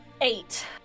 Eight